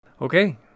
Okay